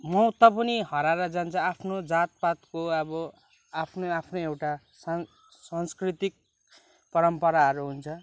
महत्त्व पनि हराएर जान्छ आफ्नो जातपातको अब आफ्नै आफ्नै एउटा सांस सांस्कृतिक परम्पराहरू हुन्छ